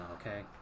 okay